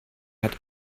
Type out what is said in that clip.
hat